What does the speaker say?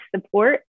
support